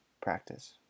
practice